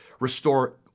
restore